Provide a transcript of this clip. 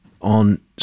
on